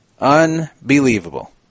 Unbelievable